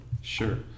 Sure